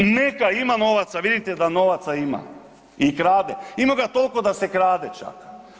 Neka ima novaca, vidite da novaca ima i krade, ima ga toliko da se krade čak.